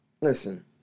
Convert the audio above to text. Listen